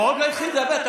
הוא עוד לא התחיל לדבר.